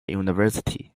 university